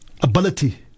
ability